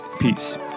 Peace